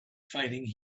fighting